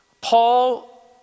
Paul